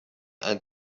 and